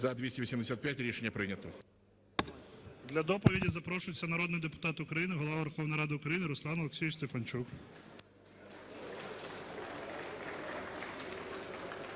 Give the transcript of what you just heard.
За-290 Рішення прийнято.